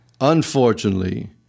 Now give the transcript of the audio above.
Unfortunately